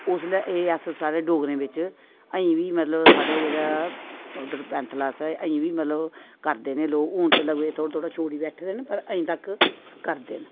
उसलै एह् अस साढ़े डोगरें बिच्च अजें बी साढ़े जेह्ड़ा उद्धर पैंथल असें एह् बी मतलब करदे न लोक लेकिन हून लोक छोड़ी बैठे दे न पर हून तक्क करदे न